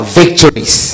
victories